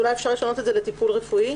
אולי אפשר לשנות את זה לטיפול רפואי?